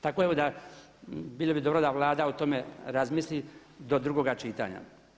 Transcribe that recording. Tako da bilo bi dobro da Vlada o tome razmisli do drugoga čitanja.